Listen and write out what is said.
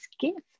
gift